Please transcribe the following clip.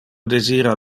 desira